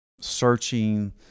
searching